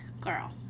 girl